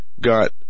got